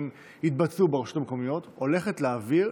התבצעו ברשות המקומיות היא הולכת להעביר,